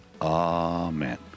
amen